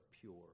pure